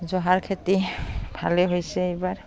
জহাৰ খেতি ভালে হৈছে এইবাৰ